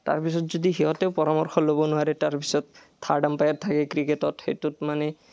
তাৰপিছত যদি সিহঁতে পৰামৰ্শ ল'ব নোৱাৰে তাৰপিছত থাৰ্ড এম্পেয়াৰ থাকে ক্ৰিকেটত সেইটোত মানে